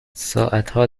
ساعتها